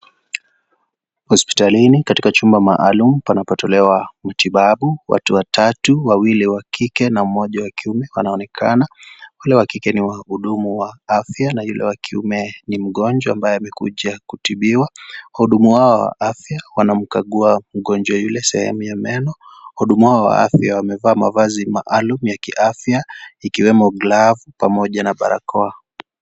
Hospitalini, katika chumba maalum, panapotolewa matibabu, watu watatu, wawili wa kike na mmoja wa kiume wanaonekana. Wale wa kike ni wahudumu wa afya na yule wa kiume ni mgonjwa ambaye amekuja kutibiwa. Wahudumu hawa wa afya, wanamkagua mgonjwa yule sehemu ya meno, wahudumu hawa wa afya, wamevaa mavazi maalum ya kiafya, ikiwemo glavu pamoja na barakoa.